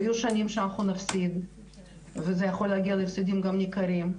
ויהיו שנים שאנחנו נפסיד וזה יכול להגיע גם להפסדים ניכרים,